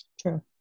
true